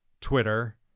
Twitter